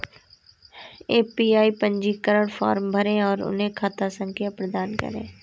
APY पंजीकरण form भरें और उन्हें खाता संख्या प्रदान करें